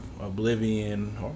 Oblivion